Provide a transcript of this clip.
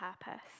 purpose